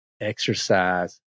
Exercise